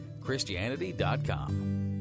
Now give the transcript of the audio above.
Christianity.com